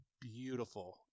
beautiful